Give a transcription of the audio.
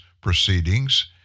proceedings –